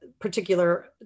particular